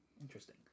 Interesting